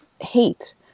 hate